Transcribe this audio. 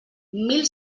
mil